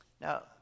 Now